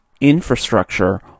infrastructure